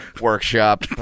Workshop